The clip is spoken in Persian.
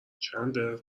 چندلر